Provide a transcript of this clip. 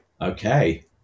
okay